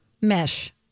mesh